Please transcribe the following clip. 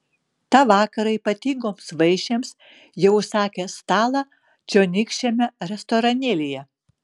tą vakarą ypatingoms vaišėms jie užsakė stalą čionykščiame restoranėlyje